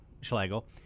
Schlegel